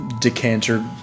decanter